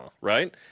right